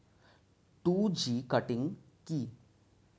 Two G cutting কি?